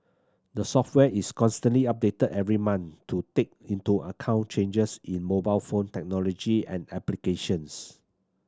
the software is constantly updated every month to take into account changes in mobile phone technology and applications